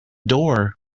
door